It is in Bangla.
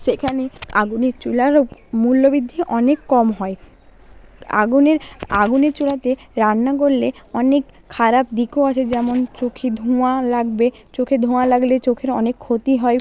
সেখানে আগুনের চুলারও মূল্যবৃদ্ধি অনেক কম হয় আগুনের আগুনের চুলাতে রান্না করলে অনেক খারাপ দিকও আছে যেমন চোখে ধোঁয়া লাগবে চোখে ধোঁয়া লাগলে চোখের অনেক ক্ষতি হয়